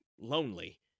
lonely